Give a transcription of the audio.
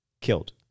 killed